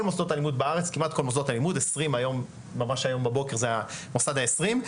מוסדות הלימוד בארץ ממש היום בבוקר התווסף המוסד ה-20.